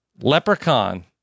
Leprechaun